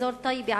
אזור טייבה,